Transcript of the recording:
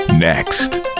Next